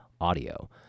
audio